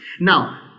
now